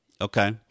Okay